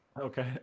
okay